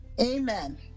Amen